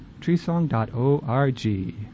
treesong.org